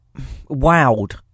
Wowed